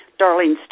Darlene